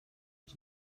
els